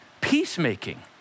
Peacemaking